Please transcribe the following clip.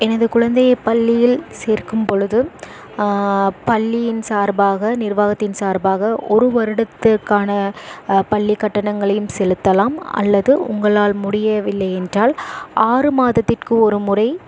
எனது குழந்தையை பள்ளியில் சேர்க்கும்பொழுது பள்ளியின் சார்பாக நிர்வாகத்தின் சார்பாக ஒரு வருடத்துக்கான பள்ளி கட்டணங்களையும் செலுத்தலாம் அல்லது உங்களால் முடியவில்லை என்றால் ஆறு மாதத்திற்கு ஒரு முறை